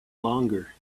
longer